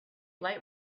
light